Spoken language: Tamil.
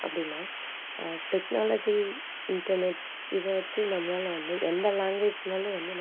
அப்படின்னா டெக்னாலஜி இன்டர்நெட் இதை வெச்சு நம்மளால் வந்து எந்த லேங்குவேஜ்னாலும் வந்து நம்மளால் வந்து